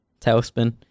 tailspin